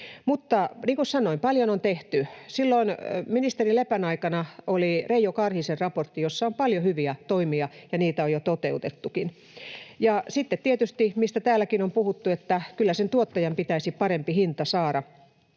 Mutta niin kuin sanoin, paljon on tehty. Silloin ministeri Lepän aikana oli Reijo Karhisen raportti, jossa on paljon hyviä toimia, ja niitä on jo toteutettukin. Ja sitten tietysti, mistä täälläkin on puhuttu: kyllä sen tuottajan pitäisi parempi hinta saada.